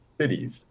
cities